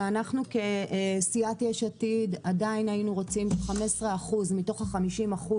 שאנחנו כסיעת יש עתיד עדיין היינו רוצים ש-15% מתוך ה-50%